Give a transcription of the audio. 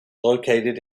located